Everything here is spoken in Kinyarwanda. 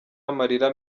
amarira